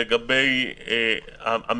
הבנתי, מדובר בזרים.